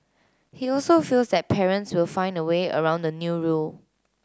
he also feels that parents will find a way around the new rule